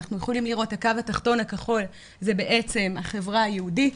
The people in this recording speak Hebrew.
הקו התחתון הכחול זה בעצם החברה היהודית,